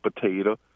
potato